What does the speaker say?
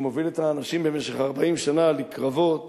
שמוביל את האנשים במשך 40 שנה לקרבות